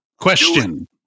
Question